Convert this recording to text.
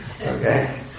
okay